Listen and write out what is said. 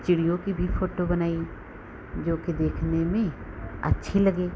चिड़ियों की भी फ़ोटो बनाई जोकि देखने में अच्छी लगे